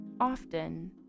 often